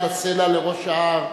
את הסלע לראש ההר.